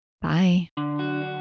bye